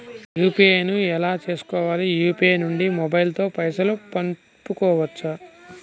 UPI ను ఎలా చేస్కోవాలి యూ.పీ.ఐ నుండి మొబైల్ తో పైసల్ పంపుకోవచ్చా?